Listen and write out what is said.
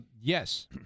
Yes